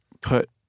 put